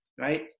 right